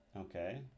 Okay